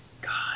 God